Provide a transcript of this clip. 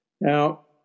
Now